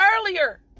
earlier